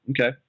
Okay